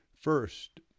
First